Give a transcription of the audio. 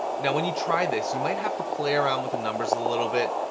now, when you try this, you might have to play around with the numbers a little bit,